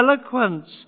eloquence